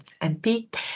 MP